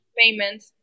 payments